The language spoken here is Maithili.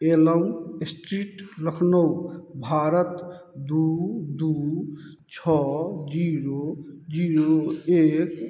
एलम एस्ट्रीट लखनउ भारत दुइ दुइ छओ जीरो जीरो एक